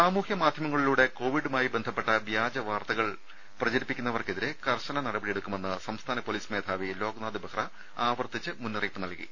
സാമൂഹ്യ മാധ്യമങ്ങളിലൂടെ കോവിഡുമായി ബന്ധ പ്പെട്ട വ്യാജ വാർത്തകൾ നിർമ്മിക്കുകയും പ്രചരിപ്പി ക്കുകയും ചെയ്യുന്നവർക്കെതിരെ കർശന നടപടിയെടു ക്കുമെന്ന് സംസ്ഥാന പൊലീസ് മേധാവി ലോക്നാഥ് ബെഹ്റ ആവർത്തിച്ച് മുന്നറിയിപ്പ് നൽകി